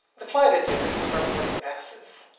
the flight attendant took our boarding passes.